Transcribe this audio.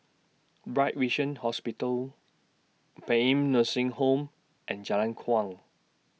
Bright Vision Hospital Paean Nursing Home and Jalan Kuang